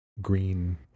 green